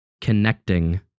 connecting